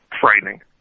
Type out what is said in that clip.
frightening